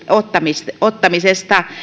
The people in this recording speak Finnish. ottamisesta ottamisesta vakavasti